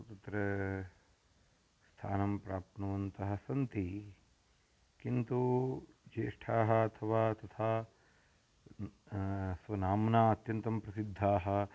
तत्र स्थानं प्राप्नुवन्तः सन्ति किन्तु ज्येष्ठाः अथवा तथा स्वनाम्ना अत्यन्तं प्रसिद्धाः